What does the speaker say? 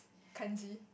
Kanji